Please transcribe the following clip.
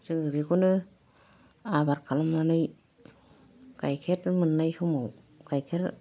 जोङो बेखौनो आबार खालामनानै गायखेर मोननाय समाव गायखेर